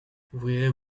ouvrirez